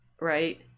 Right